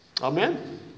Amen